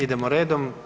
Idemo redom.